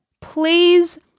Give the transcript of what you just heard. please